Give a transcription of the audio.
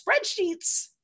spreadsheets